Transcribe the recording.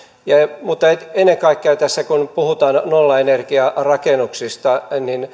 mutta ennen kaikkea tässä kun puhutaan nollaenergiarakennuksista